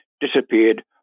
disappeared